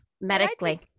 medically